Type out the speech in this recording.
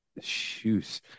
shoes